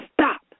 stop